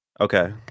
Okay